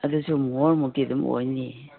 ꯑꯗꯨꯁꯨ ꯃꯨꯍꯣꯔꯃꯨꯛꯀꯤ ꯑꯗꯨꯝ ꯑꯣꯏꯅꯤ